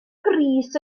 pris